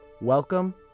Welcome